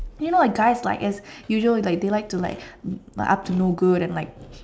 you know like guys like it's usually like they like to like up to no good and like